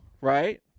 right